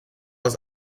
aus